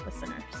listeners